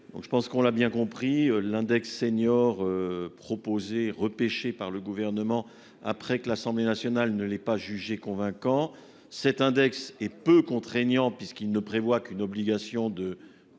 je pense qu'on l'a bien compris l'index senior. Repêché par le gouvernement après que l'Assemblée nationale ne l'est pas jugé convaincant cet index et peu contraignant puisqu'il ne prévoit qu'une obligation de